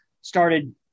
started